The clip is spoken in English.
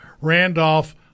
Randolph